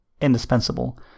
indispensable